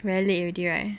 very late already right